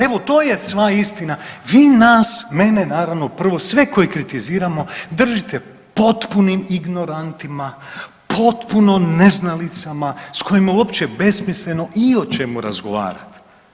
Evo to je sva istina vi nas, mene naravno, prvo sve koji kritiziramo držite potpunim ignorantima, potpuno neznalicama sa kojima je uopće besmisleno i o čemu razgovarati.